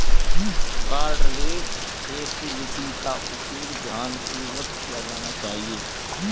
cardless facility का उपयोग ध्यानपूर्वक किया जाना चाहिए